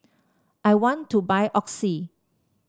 I want to buy Oxy